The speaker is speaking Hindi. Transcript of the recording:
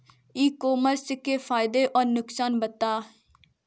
ई कॉमर्स के फायदे और नुकसान बताएँ?